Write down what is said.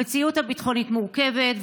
המציאות הביטחונית מורכבת,